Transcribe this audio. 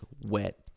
wet